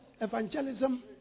evangelism